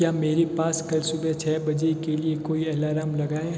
क्या मेरे पास कल सुबह छ बजे के लिए कोई अलार्म लगा है